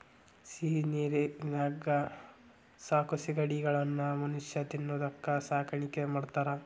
ಸಿಹಿನೇರಿನ್ಯಾಗ ಸಾಕೋ ಸಿಗಡಿಗಳನ್ನ ಮನುಷ್ಯ ತಿನ್ನೋದಕ್ಕ ಸಾಕಾಣಿಕೆ ಮಾಡ್ತಾರಾ